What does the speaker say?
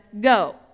go